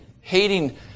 hating